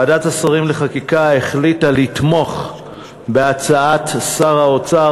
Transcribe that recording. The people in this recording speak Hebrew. ועדת השרים לחקיקה החליטה לתמוך בהצעת שר האוצר